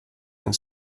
and